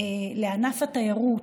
לענף התיירות,